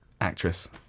Actress